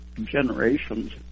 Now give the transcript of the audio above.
generations